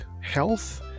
health